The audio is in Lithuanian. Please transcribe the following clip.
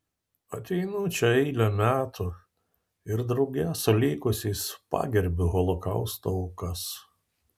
ateinu čia eilę metų ir drauge su likusiais pagerbiu holokausto aukas